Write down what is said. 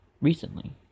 recently